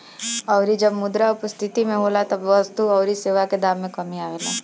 अउरी जब मुद्रा अपस्थिति में होला तब वस्तु अउरी सेवा के दाम में कमी आवेला